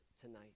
tonight